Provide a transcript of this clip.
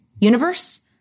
universe